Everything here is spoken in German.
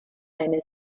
eine